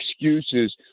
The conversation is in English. excuses